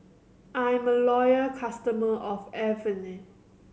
I'm a loyal customer of Avene